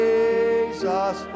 Jesus